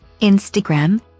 Instagram